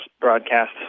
broadcast